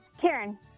Karen